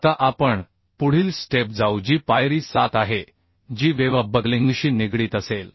आता आपण पुढील स्टेप जाऊ जी पायरी 7 आहे जी वेव्ह बकलिंगशी निगडीत असेल